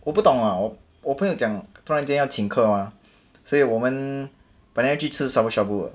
我不懂啊我朋友讲突然间要请客吗所以我们本来要去吃 shabu shabu 的